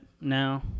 now